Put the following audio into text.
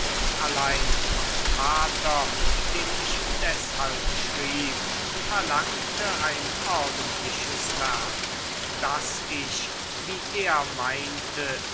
allein mein vater dem ich deshalb schrieb verlangte ein ordentliches werk das ich wie er meinte